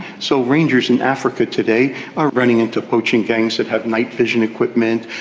so rangers in africa today are running into poaching gangs that have night vision equipment,